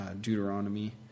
Deuteronomy